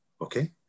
okay